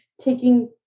taking